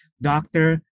doctor